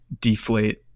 deflate